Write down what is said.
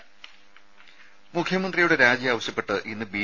രുമ മുഖ്യമന്ത്രിയുടെ രാജി ആവശ്യപ്പെട്ട് ഇന്ന് ബി